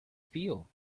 feel